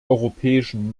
europäischen